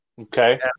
Okay